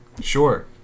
sure